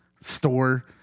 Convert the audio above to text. store